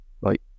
Right